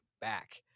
back